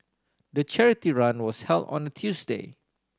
the charity run was held on the Tuesday